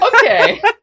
Okay